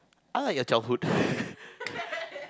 I like your childhood